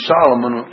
Solomon